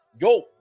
yo